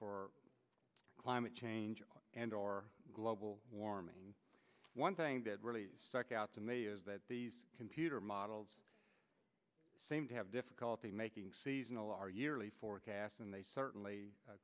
for climate change and or global warming one thing that really stuck out to me is that these computer models seem to have difficulty making seasonal our yearly forecasts and they certainly